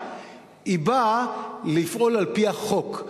היא באה לפעול על-פי החוק,